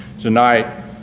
Tonight